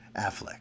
Affleck